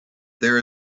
there